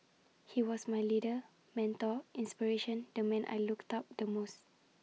he was my leader mentor inspiration the man I looked up the most